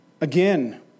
again